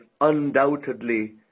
undoubtedly